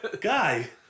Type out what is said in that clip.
Guy